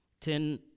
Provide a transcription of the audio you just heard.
ten